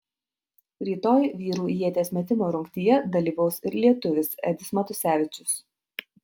rytoj vyrų ieties metimo rungtyje dalyvaus ir lietuvis edis matusevičius